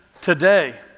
today